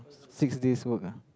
six days work ah